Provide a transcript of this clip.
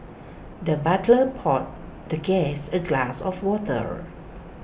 the butler poured the guest A glass of water